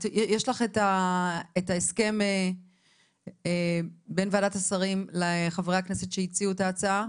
יש לך את ההסכם בין ועדת השרים לחברי הכנסת שהציעו את ההצעה?